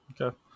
Okay